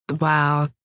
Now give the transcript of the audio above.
Wow